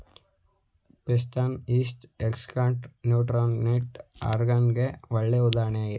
peptone, yeast extract nutrient ಅಗರ್ಗೆ ಗೆ ಒಳ್ಳೆ ಉದಾಹರಣೆ